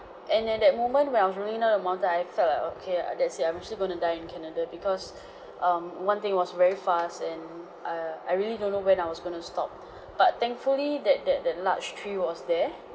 and at that that moment when I was rolling down the mountain I felt like okay that's it I'm actually going to die in canada because um one thing it was very fast and err I really don't know when I was going to stop but thankfully that that that large tree was there